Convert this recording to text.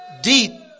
Deep